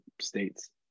states